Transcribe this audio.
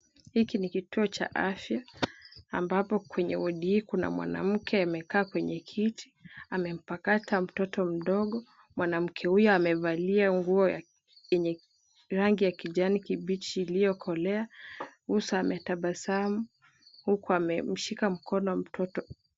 Hiki ni kituo cha afya ambapo kwenye wodi hii kuna mwanamke amekaa kwenye kiti amempakata mtoto mdogo. Mwanamke huyu amevalia nguo yenye rangi ya kijani kibichi iliyokolea, uso ametabasamu huku amemshika mkono mtoto.